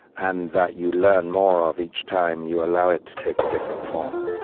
and that you learn more of each time you allow it to take a different form.